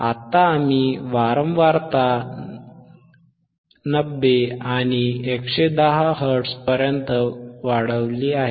आता आम्ही वारंवारता 90 आणि 110 हर्ट्झपर्यंत वाढवली आहे